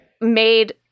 made